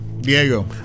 Diego